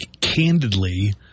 candidly